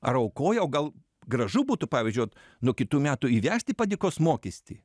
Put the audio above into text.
ar aukoja o gal gražu būtų pavyzdžiui vat nuo kitų metų įvesti padėkos mokestį